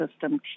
system